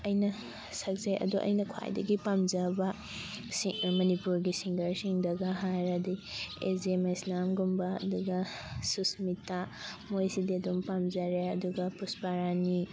ꯑꯩꯅ ꯁꯛꯆꯩ ꯑꯗꯣ ꯑꯩꯅ ꯈ꯭ꯋꯥꯏꯗꯒꯤ ꯄꯥꯝꯖꯕ ꯁꯤ ꯃꯅꯤꯄꯨꯔꯒꯤ ꯁꯤꯡꯒꯔꯁꯤꯡꯗꯒ ꯍꯥꯏꯔꯗꯤ ꯑꯦꯖꯦ ꯃꯩꯁ꯭ꯅꯥꯝꯒꯨꯝꯕ ꯑꯗꯨꯒ ꯁꯨꯁꯃꯤꯇꯥ ꯃꯣꯏꯁꯤꯗꯤ ꯑꯗꯨꯝ ꯄꯥꯝꯖꯔꯦ ꯑꯗꯨꯒ ꯄꯨꯁꯄꯥꯔꯥꯅꯤ